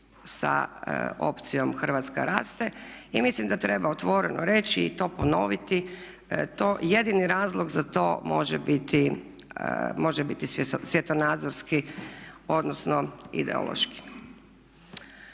sa opcijom Hrvatska raste. I mislim da treba otvoreno reći i to ponoviti, jedini razlog za to može biti svjetonazorski, odnosno ideološki.